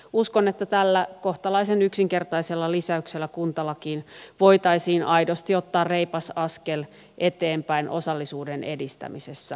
uskon että tällä kohtalaisen yksinkertaisella lisäyksellä kuntalakiin voitaisiin aidosti ottaa reipas askel eteenpäin osallisuuden edistämisessä